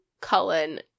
cullen